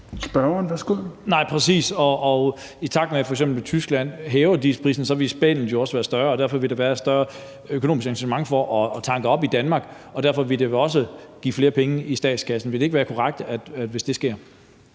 Mathiesen (NB): Nej, præcis – og i takt med at f.eks. Tyskland hævede dieselprisen, ville spændet jo også være større, og derfor ville der være et større økonomisk incitament til at tanke op i Danmark; og derfor ville det også give flere penge i statskassen. Vil det ikke være korrekt, altså hvis det sker?